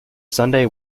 sunday